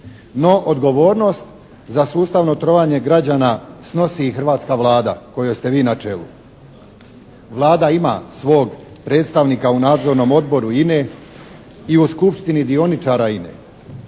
No odgovornost za sustavno trovanje građana snosi i hrvatska Vlada kojoj ste vi na čelu. Vlada ima svog predstavnika u nadzornom odboru INA-e i u skupštini dioničara INA-e,